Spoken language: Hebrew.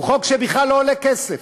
זה חוק שבכלל לא עולה כסף,